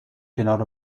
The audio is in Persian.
کنار